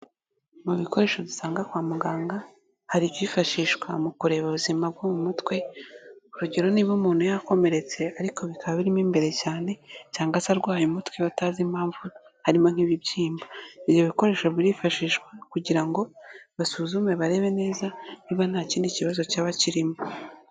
Mu bikoresho dusanga kwa muganga, hari ibyifashishwa mu kureba ubuzima bwo mu mutwe, urugero niba umuntu yakomeretse ariko bikaba biri mo imbere cyane cyangwa se arwaye umutwe batazi impamvu harimo nk'ibibyimba, ibyo bikoresho birifashishwa kugira ngo basuzume barebe neza niba nta kindi kibazo cyaba kirimo.